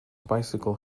bicycle